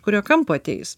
kurio kampo ateis